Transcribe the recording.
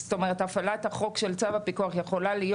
הפעלת החוק של צו הפיקוח יכולה להיות